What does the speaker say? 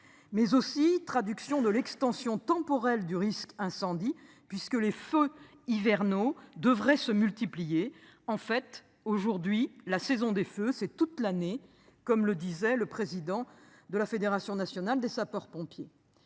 mais aussi traduction de l'extension temporelle du risque incendie puisque les feux hivernaux devraient se multiplier en fait aujourd'hui la saison des feux, c'est toute l'année, comme le disait le président de la Fédération nationale des sapeurs-pompiers